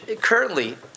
currently